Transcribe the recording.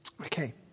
Okay